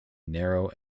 narrow